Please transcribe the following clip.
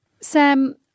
Sam